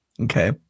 okay